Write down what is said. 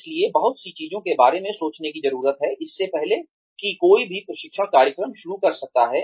इसलिए बहुत सी चीजों के बारे में सोचने की जरूरत है इससे पहले कि कोई भी प्रशिक्षण कार्यक्रम शुरू कर सकता है